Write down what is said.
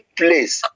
place